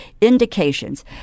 indications